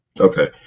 Okay